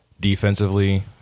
Defensively